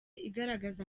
igaragaza